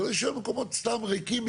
שלא יישארו מקומות סתם ריקים,